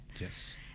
Yes